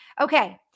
Okay